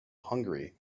hungary